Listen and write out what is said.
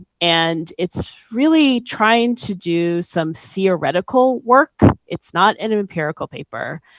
and it's really trying to do some theoretical work. it's not an empirical paper.